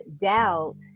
doubt